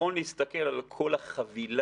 נכון להסתכל על כל החבילה.